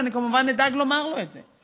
ואני כמובן אדאג לומר לו את זה.